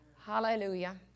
Hallelujah